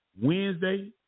Wednesday